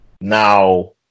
now